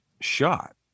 shot